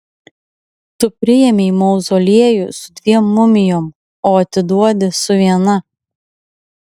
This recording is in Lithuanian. tu priėmei mauzoliejų su dviem mumijom o atiduodi su viena